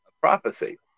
prophecy